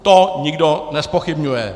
To nikdo nezpochybňuje.